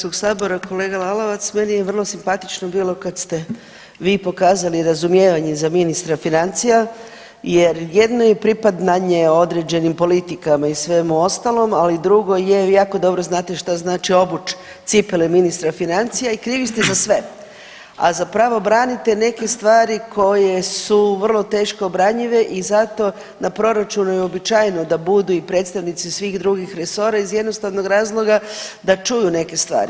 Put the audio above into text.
Kolega Lalovac, meni je vrlo simpatično bilo kad ste vi pokazali razumijevanje za ministra financija jer jedno je pripadanje određenim politikama i svemu ostalom, ali drugo je, vi jako dobro znate šta znači obuč cipele ministra financija i krivi ste za sve, a zapravo branite neke stvari koje su vrlo teško obranjive i zato na proračunu je uobičajeno da budu i predstavnici svih drugih resora iz jednostavnog razloga da čuju neke stvari.